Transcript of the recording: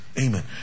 Amen